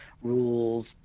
rules